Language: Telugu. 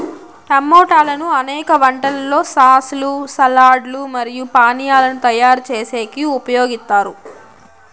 టమోటాలను అనేక వంటలలో సాస్ లు, సాలడ్ లు మరియు పానీయాలను తయారు చేసేకి ఉపయోగిత్తారు